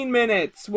minutes